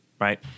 right